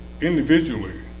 individually